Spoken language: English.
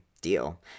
Deal